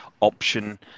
option